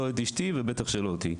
לא את אשתי ולא אותי.